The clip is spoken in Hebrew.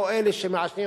או אלה שמעשנים,